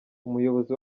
umuyobozi